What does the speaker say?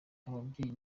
ababyeyi